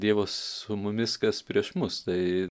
dievas su mumis kas prieš mus tai